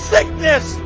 Sickness